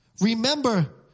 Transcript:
Remember